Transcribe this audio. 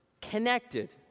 connected